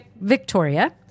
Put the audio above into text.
Victoria